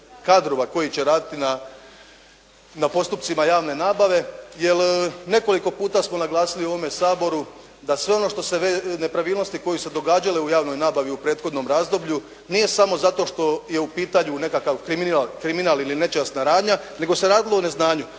kadrova koji će raditi na postupcima javne nabave, jel' nekoliko puta smo naglasili u ovome Saboru, da sve one nepravilnosti koje su se događale u javnoj nabavi u prethodnom razdoblju, nije samo zato što je u pitanju nekakav kriminal ili nečasna radnja, nego se radilo o neznanju.